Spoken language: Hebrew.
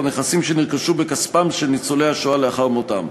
נכסים שנרכשו בכספם של ניצולי השואה לאחר מותם,